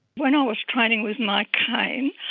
when i was training with my cane,